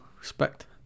respect